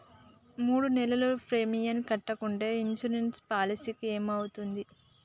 మూడు నెలలు ప్రీమియం కట్టకుంటే ఇన్సూరెన్స్ పాలసీకి ఏమైతది?